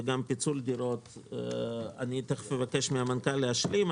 וגם פיצול דירות תיכף אבקש מן המנכ"ל להשלים.